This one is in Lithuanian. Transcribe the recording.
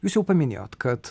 jūs jau paminėjot kad